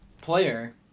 player